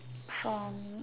from